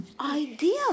idea